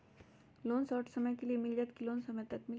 Loan short समय मे मिल जाएत कि लोन समय तक मिली?